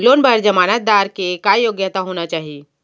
Loan बर जमानतदार के का योग्यता होना चाही?